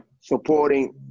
Supporting